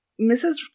Mrs